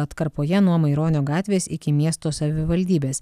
atkarpoje nuo maironio gatvės iki miesto savivaldybės